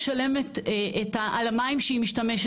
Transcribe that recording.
משלמת עבור מי ים המלח בהם היא משתמשת,